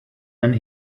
and